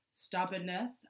stubbornness